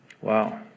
Wow